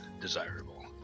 desirable